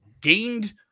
gained